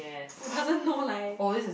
who doesn't know like